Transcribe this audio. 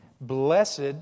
Blessed